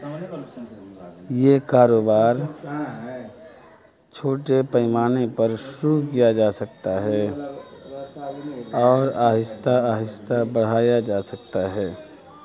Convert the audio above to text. یہ کاروبار چھوٹے پیمانے پر شروع کیا جا سکتا ہے اور آہستہ آہستہ بڑھایا جا سکتا ہے